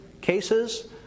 cases